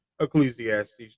Ecclesiastes